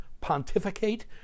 pontificate